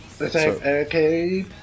Okay